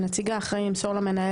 הנציג האחראי ימסור למנהל,